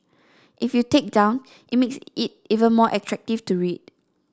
if you take down it makes it even more attractive to read